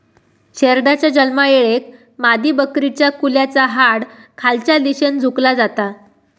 शेरडाच्या जन्मायेळेक मादीबकरीच्या कुल्याचा हाड खालच्या दिशेन झुकला जाता